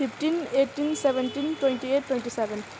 fifteen eighteen seventeen twenty eight twenty seven